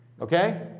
okay